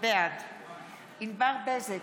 בעד ענבר בזק,